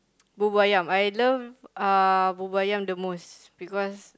bubur-ayam I love uh bubur-ayam the most because